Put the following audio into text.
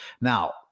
now